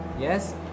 yes